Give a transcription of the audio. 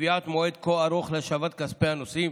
לקביעת זמן כה ארוך להשבת כספי הנוסעים,